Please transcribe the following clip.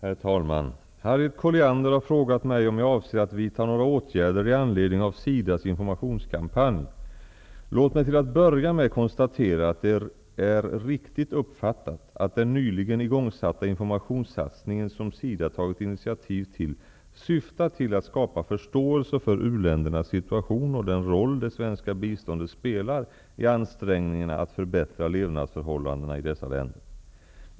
Herr talman! Harriet Colliander har frågat mig om jag avser att vidta några åtgärder i anledning av SIDA:s informationskampanj. Låt mig till att börja med konstatera att det är riktigt uppfattat att den nyligen igångsatta informationssatsningen som SIDA tagit initiativ till syftar till att skapa förståelse för u-ländernas situation och den roll det svenska biståndet spelar i ansträngningarna att förbättra levnadsförhållandena i dessa länder.